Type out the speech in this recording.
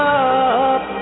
up